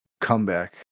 comeback